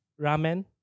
ramen